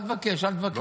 אל תבקש, אל תבקש.